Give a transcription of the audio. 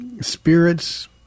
Spirits